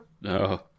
No